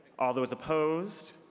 all those opposed?